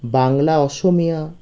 Bangla Asamiya